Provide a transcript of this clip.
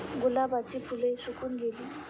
गुलाबाची फुले सुकून गेली